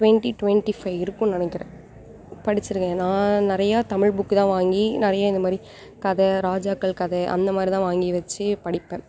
twenty twenty five இருக்குன்னு நினைக்கிறன் படிச்சு இருக்கேன் நான் நிறையா தமிழ் புக் தான் வாங்கி நிறைய இதை மாதிரி கதை ராஜாக்கள் கதை அந்த மாதிரி தான் வாங்கி வச்சு படிப்பேன்